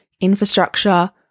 infrastructure